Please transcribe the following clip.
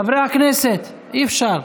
חברי הכנסת, אי-אפשר.